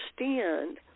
understand